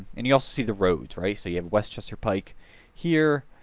and you also see the roads, right? so you have west chester pike here,